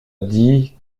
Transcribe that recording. dit